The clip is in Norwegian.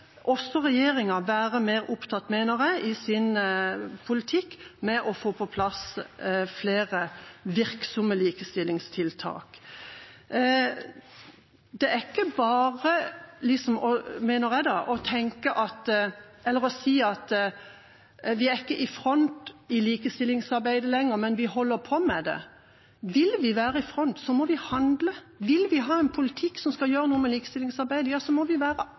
også regjeringa i sin politikk være mer opptatt av, mener jeg, å få på plass flere virksomme likestillingstiltak. Det er liksom ikke bare å si, mener jeg, at vi ikke er i front i likestillingsarbeidet lenger, men vi holder på med det. Vil vi være i front, må vi handle. Vil vi ha en politikk som skal gjøre noe med likestillingsarbeidet, må vi være